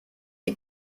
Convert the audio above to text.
die